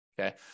okay